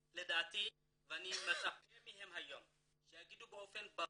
לדעתי, ואני מצפה מהם היום שיגידו באופן ברור,